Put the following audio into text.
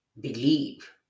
believe